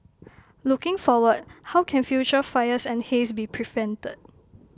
looking forward how can future fires and haze be prevented